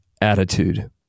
attitude